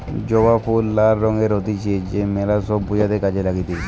জবা ফুল লাল রঙের হতিছে তা মেলা সব পূজাতে কাজে লাগতিছে